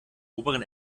oberen